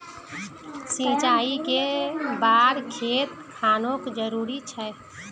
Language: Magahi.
सिंचाई कै बार खेत खानोक जरुरी छै?